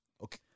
Okay